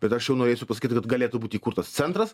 bet aš jau norėsiu pasakyt kad galėtų būt įkurtas centras